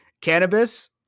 cannabis